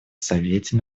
совете